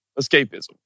escapism